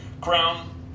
crown